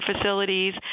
facilities